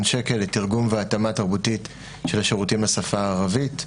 שקל לתרגום והתאמה תרבותית של השירותים לשפה הערבית,